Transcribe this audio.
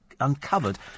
uncovered